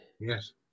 Yes